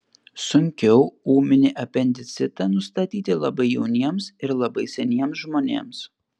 sunkiau ūminį apendicitą nustatyti labai jauniems ir labai seniems žmonėms